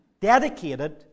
dedicated